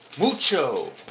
Mucho